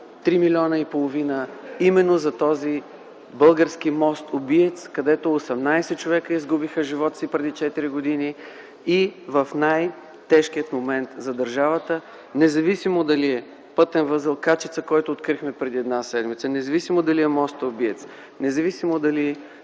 3,5 милиона именно за този български мост–убиец, където 18 човека изгубиха живота си преди четири години. В най-тежкия момент за държавата, независимо дали е пътен възел – качество, което открихме преди една седмица, независимо дали е моста–убиец, независимо дали е